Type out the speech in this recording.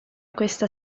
questa